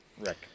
Rick